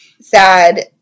sad